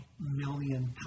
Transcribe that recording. million